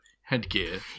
headgear